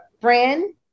friend